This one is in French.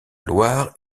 loire